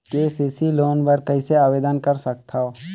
KCC loan बर कइसे आवेदन कर सकथव?